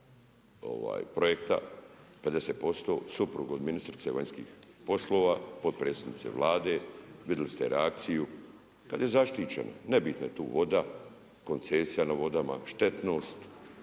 50%, suprug od ministrice vanjskih poslova, potpredsjednice Vlade. Vidjeli ste reakciju kad je zaštićena. Nebitna je tu voda, koncesija na vodama, štetnost.